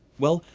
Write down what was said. well,